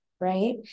right